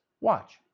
Watch